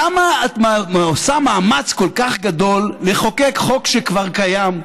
למה את עושה מאמץ גדול לחוקק חוק שכבר קיים?